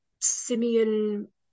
simian